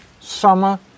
summer